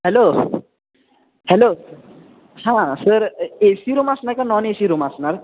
hello hello हा sir अ A C room असणार का नॉन ए सी रूम असणार